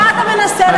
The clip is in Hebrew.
מה אתה מנסה לעשות?